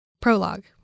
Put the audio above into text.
Prologue